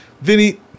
Vinny